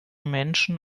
menschen